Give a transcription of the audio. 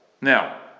Now